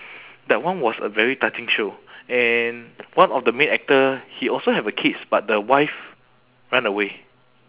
that one was a very touching show and one of the main actor he also have a kids but the wife run away